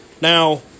Now